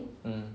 mm